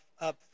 up